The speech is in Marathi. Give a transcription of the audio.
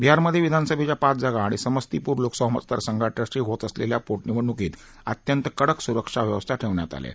बिहारमधे विधानसभेच्या पाच जागा आणि समस्तीपूर लोकसभा मतदारसंघासाठी होत असलेल्या पोटनिवडणुकीसाठी अत्यत कडक सूरक्षा व्यवस्था ठेवण्यात आली आहे